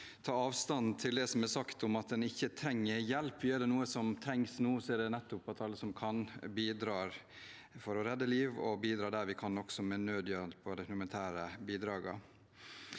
ta avstand fra det som er sagt om at en ikke trenger hjelp. Er det noe som trengs nå, er det nettopp at alle som kan, bidrar for å redde liv, og at vi bidrar der vi kan også med nødhjelp og humanitære bidrag.